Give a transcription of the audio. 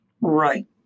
Right